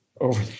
over